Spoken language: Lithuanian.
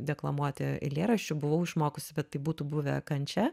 deklamuoti eilėraščių buvau išmokusi bet tai būtų buvę kančia